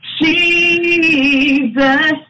Jesus